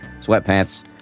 sweatpants